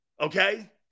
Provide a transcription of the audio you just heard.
Okay